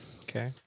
Okay